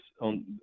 on